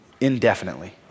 indefinitely